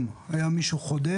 ובינתיים אנשים היו מתים,